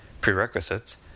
Prerequisites